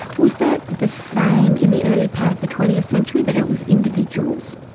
was that the same in the early part of the twentieth century? that it was individuals?